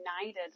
united